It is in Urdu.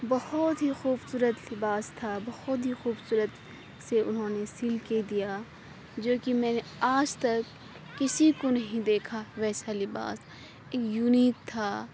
بہت ہی خوبصورت لباس تھا بہت ہی خوبصورت انہوں نے سل کے دیا جو کہ میں نے آج تک کسی کو نہیں دیکھا ویسا لباس یونیک تھا